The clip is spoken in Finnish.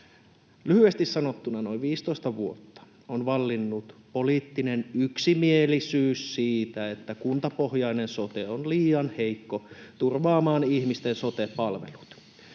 Lyhyesti sanottuna noin 15 vuotta on vallinnut poliittinen yksimielisyys siitä, että kuntapohjainen sote on liian heikko turvaamaan ihmisten sote-palvelut.